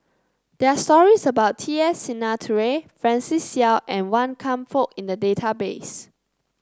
there are stories about T S Sinnathuray Francis Seow and Wan Kam Fook in the database